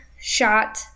shot